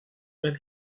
when